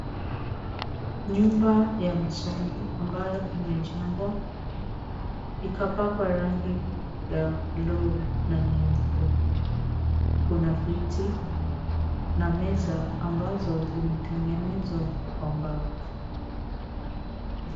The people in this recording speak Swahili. Nyumba ya masomo, ambayo imejengwa, ikapakwa rangi ya bluu na nyeupe. Kuna viti na meza ambazo zimetengenezwa kwa mbao.